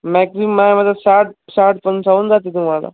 maximum आहे मग साठ साठपण जाऊन जाते तुम्हाला